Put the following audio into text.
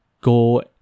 go